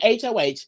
HOH